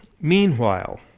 Meanwhile